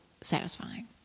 satisfying